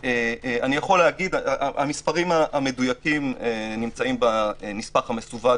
המספרים המדויקים נמצאים בנספח המסווג